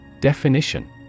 Definition